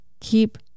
Keep